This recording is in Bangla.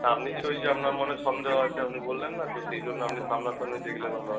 আপনি যে ওই যে আপনার মনে সন্দেহ আছে আপনি বললেন না তো সেই জন্য আপনি সামনা সামনি দেখলে ভালো হয়